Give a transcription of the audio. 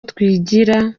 twigira